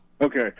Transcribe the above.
Okay